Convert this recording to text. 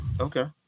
Okay